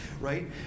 right